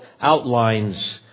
outlines